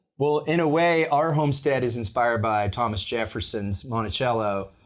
well in a way our homestead is inspired by thomas jefferson's monticello.